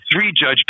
three-judge